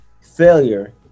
failure